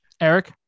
Eric